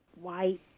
white